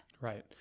Right